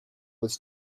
was